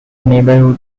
neighborhood